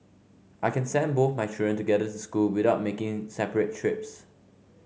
I can send both my children together school without making separate trips